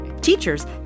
Teachers